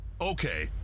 Okay